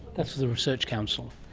that's the research council.